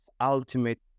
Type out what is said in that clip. ultimate